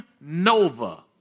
nova